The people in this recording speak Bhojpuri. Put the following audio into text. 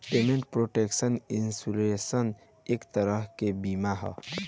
पेमेंट प्रोटेक्शन इंश्योरेंस एक तरह के बीमा ह